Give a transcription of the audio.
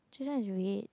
just now she weight